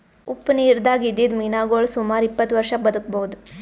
ಉಪ್ಪ್ ನಿರ್ದಾಗ್ ಇದ್ದಿದ್ದ್ ಮೀನಾಗೋಳ್ ಸುಮಾರ್ ಇಪ್ಪತ್ತ್ ವರ್ಷಾ ಬದ್ಕಬಹುದ್